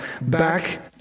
back